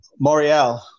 Morial